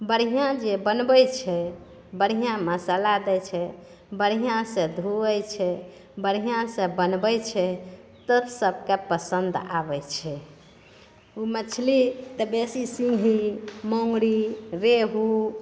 बढ़िआँ जे बनबैत छै बढ़िआँ मसाला दै छै बढ़िआँ से धुऐ छै बढ़िआँ से बनबैत छै तऽ सबके पसन्द आबै छै ओ मछली तऽ बेसी सिन्घी मङ्गुरी रेहू